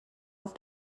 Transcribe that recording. auf